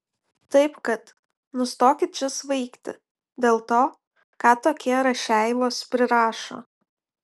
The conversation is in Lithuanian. taip kad nustokit čia svaigti dėl to ką tokie rašeivos prirašo